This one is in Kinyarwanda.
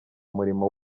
murimo